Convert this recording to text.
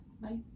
Bye